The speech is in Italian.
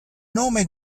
nome